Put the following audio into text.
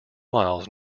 miles